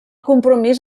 compromís